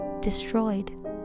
destroyed